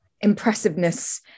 impressiveness